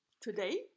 today